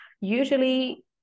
Usually